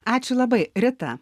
ačiū labai rita